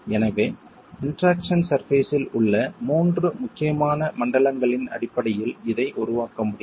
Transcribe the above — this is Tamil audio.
எனவே இன்டெராக்சன் சர்பேஸ் இல் உள்ள 3 முக்கியமான மண்டலங்களின் அடிப்படையில் இதை உருவாக்க முடியும்